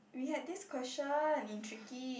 we have this question in tricky